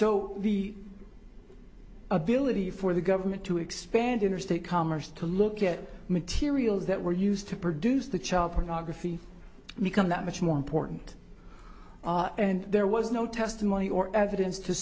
so the ability for the government to expand interstate commerce to look at materials that were used to produce the child pornography become that much more important and there was no testimony or evidence to